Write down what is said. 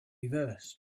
reversed